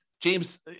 James